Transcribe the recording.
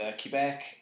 Quebec